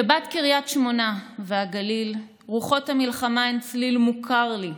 כבת קריית שמונה והגליל רוחות המלחמה הן צליל מוכר לי,